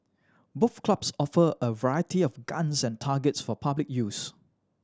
both clubs offer a variety of guns and targets for public use